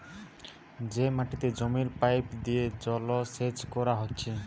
যে মাটিতে জমির পাইপ দিয়ে জলসেচ কোরা হচ্ছে